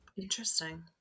Interesting